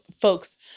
folks